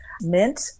mint